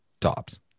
tops